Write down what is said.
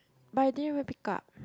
but I didn't wear pick up